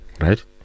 right